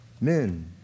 Men